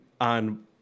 on